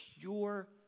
pure